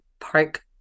park